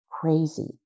crazy